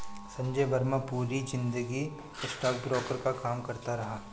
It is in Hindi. संजय वर्मा पूरी जिंदगी स्टॉकब्रोकर का काम करता रहा